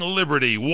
liberty